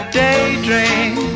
daydream